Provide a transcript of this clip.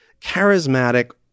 charismatic